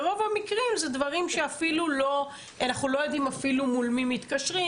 ברוב המקרים זה דברים שאנחנו לא יודעים אפילו מול מי מתקשרים,